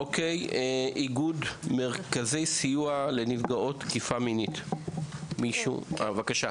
איגוד מרכזי סיוע לנפגעות תקיפה מינית, בבקשה.